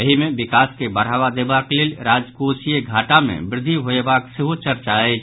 एहि मे विकास के बढ़ावा देबाक लेल राजकोषीय घाटा मे वृद्धि होयबाक सेहो चर्चा अछि